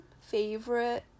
favorite